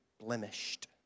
blemished